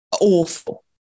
awful